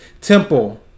temple